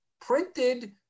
printed